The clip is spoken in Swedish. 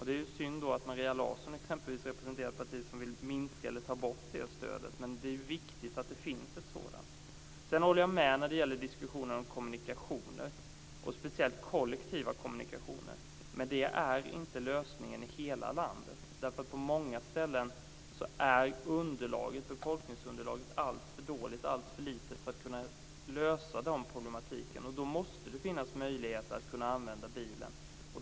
Det är ju synd att Maria Larsson exempelvis representerar ett parti som vill minska eller ta bort det stödet, men det är viktigt att det finns ett sådant. Sedan håller jag med när det gäller diskussionen om kommunikationer, speciellt kollektiva kommunikationer. Men det är inte lösningen i hela landet. På många ställen är befolkningsunderlaget alltför litet för att man ska kunna lösa problematiken på det sättet. Då måste det finnas en möjlighet att använda bilen.